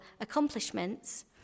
accomplishments